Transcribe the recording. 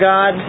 God